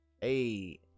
Hey